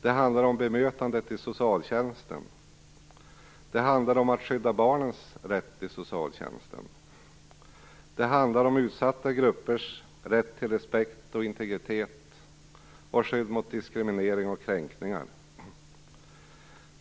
Det handlar om bemötandet i socialtjänsten. Det handlar om att skydda barnens rätt i socialtjänsten. Det handlar om utsatta gruppers rätt till respekt och integritet samt skydd mot diskriminering och kränkningar.